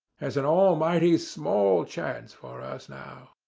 there's an almighty small chance for us now!